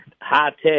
high-tech